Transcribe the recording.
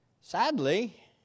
Sadly